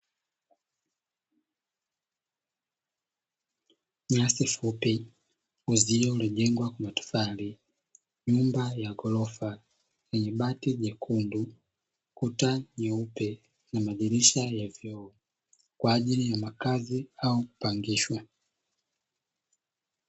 Nyasi fupi, uzio uliojengwa kwa matofali, nyumba ya ghorofa yenye bati jekundu, kuta nyeupe na madirisha ya vioo, kwaajili ya makazi au kupangishwa.